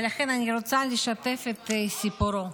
ולכן אני רוצה לשתף את סיפורו.